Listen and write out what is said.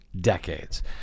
decades